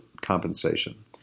compensation